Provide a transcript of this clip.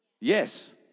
yes